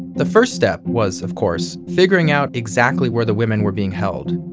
the first step was, of course, figuring out exactly where the women were being held.